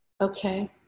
Okay